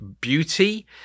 beauty